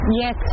yes